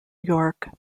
york